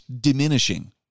diminishing